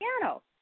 piano